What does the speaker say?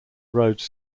rhodes